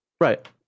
Right